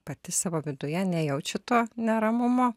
pati savo viduje nejaučiau to neramumo